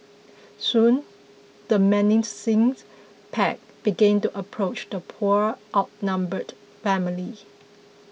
soon the menacing pack began to approach the poor outnumbered family